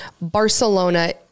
Barcelona